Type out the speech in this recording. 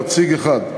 נציג אחד,